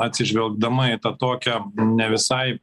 atsižvelgdama į tą tokią ne visai